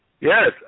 Yes